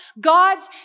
God's